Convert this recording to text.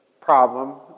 problem